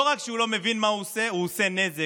לא רק שהוא לא מבין מה הוא עושה, הוא עושה נזק.